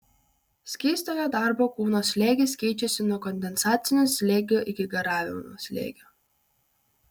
skystojo darbo kūno slėgis keičiasi nuo kondensacinio slėgio iki garavimo slėgio